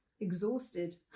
exhausted